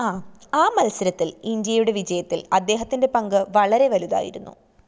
ആ ആ മത്സരത്തിൽ ഇന്ത്യയുടെ വിജയത്തിൽ അദ്ദേഹത്തിൻ്റെ പങ്ക് വളരെ വലുതായിരുന്നു